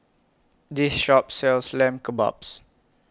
This Shop sells Lamb Kebabs